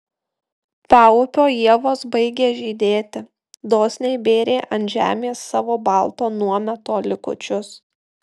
paupio ievos baigė žydėti dosniai bėrė ant žemės savo balto nuometo likučius